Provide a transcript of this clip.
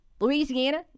Louisiana